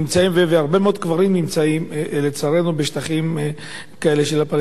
והרבה מאוד קברים נמצאים לצערנו בשטחים כאלה של הפלסטינים.